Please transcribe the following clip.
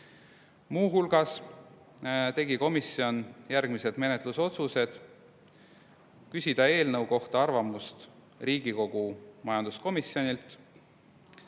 Muu hulgas tegi komisjon järgmised menetlusotsused: küsida eelnõu kohta arvamust Riigikogu majanduskomisjonilt,